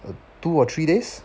two or three days